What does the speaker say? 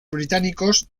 británicos